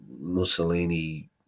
Mussolini